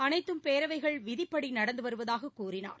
அனைத்தும் பேரவைகள் விதிகள்படி நடந்து வருவதாக கூறினார்